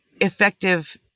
effective